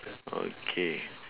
okay